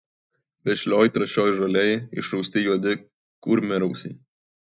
vešlioj trąšioj žolėj išrausti juodi kurmiarausiai